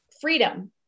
Freedom